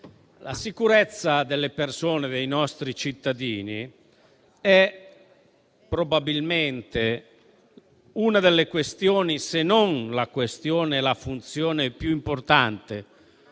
la sicurezza delle persone e dei nostri cittadini è probabilmente una delle questioni, se non la questione e la funzione più importante